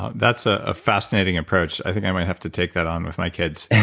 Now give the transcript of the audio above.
ah that's ah a fascinating approach, i think i might have to take that on with my kids.